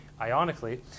ionically